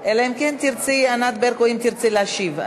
אלא אם כן, ענת ברקו, תרצי להשיב.